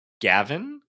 Gavin